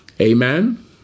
Amen